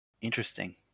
Interesting